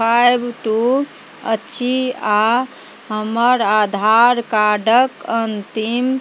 five two अछि आओर हमर आधार कार्डके अन्तिम